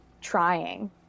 trying